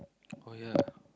oh ya